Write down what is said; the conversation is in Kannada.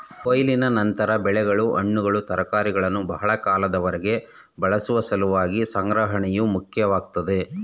ಕೊಯ್ಲಿನ ನಂತರ ಬೆಳೆಗಳು ಹಣ್ಣುಗಳು ತರಕಾರಿಗಳನ್ನು ಬಹಳ ಕಾಲದವರೆಗೆ ಬಳಸುವ ಸಲುವಾಗಿ ಸಂಗ್ರಹಣೆಯು ಮುಖ್ಯವಾಗ್ತದೆ